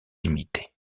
imitées